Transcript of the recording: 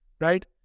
Right